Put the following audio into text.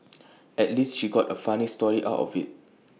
at least she got A funny story out of IT